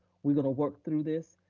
we're gonna work through this,